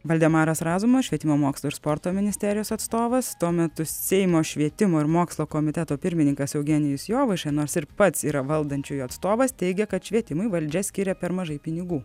valdemaras razumas švietimo mokslo ir sporto ministerijos atstovas tuo metu seimo švietimo ir mokslo komiteto pirmininkas eugenijus jovaiša nors ir pats yra valdančiųjų atstovas teigia kad švietimui valdžia skiria per mažai pinigų